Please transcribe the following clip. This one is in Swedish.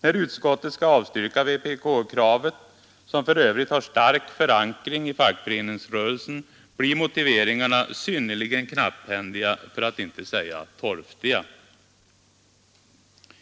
När utskottet avstyrker vpk-kravet, som för övrigt har stark förankring i fackföreningsrörelsen, blev motiveringarna synnerligen knapphändiga för att inte säga torftiga.